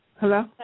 Hello